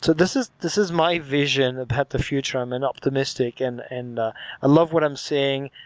so this is this is my vision about the future. i'm an optimistic, and and ah i love what i'm seeing.